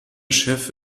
chef